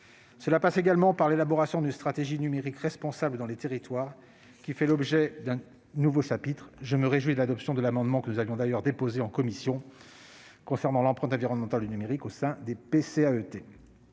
Cela passe également par l'élaboration d'une stratégie numérique responsable dans les territoires, qui fait l'objet d'un nouveau chapitre. Je me réjouis de l'adoption de l'amendement que nous avions déposé en commission visant à prendre en compte l'empreinte environnementale du numérique au sein des plans